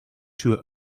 tür